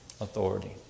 Authority